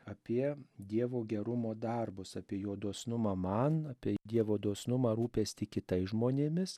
apie dievo gerumo darbus apie jo dosnumą man apie dievo dosnumą rūpestį kitais žmonėmis